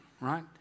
right